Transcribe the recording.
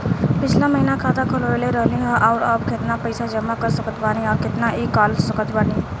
पिछला महीना खाता खोलवैले रहनी ह और अब केतना पैसा जमा कर सकत बानी आउर केतना इ कॉलसकत बानी?